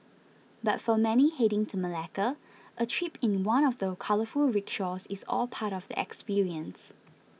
but for many heading to Malacca a trip in one of the colourful rickshaws is all part of the experience